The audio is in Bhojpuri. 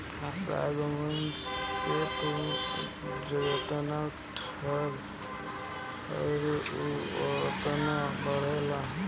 सागवान के तू जेतने छठबअ उ ओतने बढ़ेला